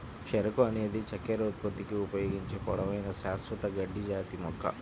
చెరకు అనేది చక్కెర ఉత్పత్తికి ఉపయోగించే పొడవైన, శాశ్వత గడ్డి జాతి మొక్క